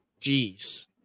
Jeez